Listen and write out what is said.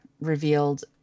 revealed